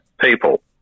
people